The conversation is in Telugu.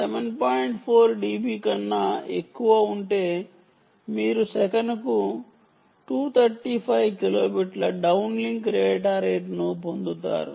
4 dB కన్నా ఎక్కువ ఉంటే మీరు సెకనుకు 235 కిలోబిట్ల డౌన్లింక్ డేటా రేటును పొందుతారు